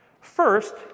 First